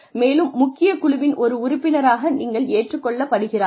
மேலும் முக்கிய குழுவின் ஒரு உறுப்பினராக நீங்கள் ஏற்றுக் கொள்ளப் படுகிறார்கள்